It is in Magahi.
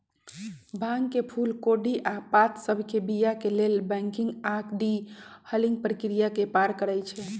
भांग के फूल कोढ़ी आऽ पात सभके बीया के लेल बंकिंग आऽ डी हलिंग प्रक्रिया से पार करइ छै